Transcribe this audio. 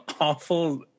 awful